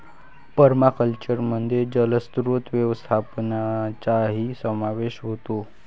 पर्माकल्चरमध्ये जलस्रोत व्यवस्थापनाचाही समावेश होतो